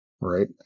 right